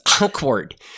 awkward